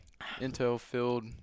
intel-filled